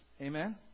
Amen